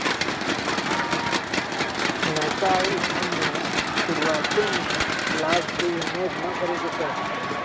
नयका उद्यम में शुरुआते में लाभ के उम्मेद न करेके चाही